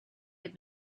had